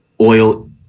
oil